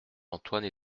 antoine